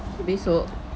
esok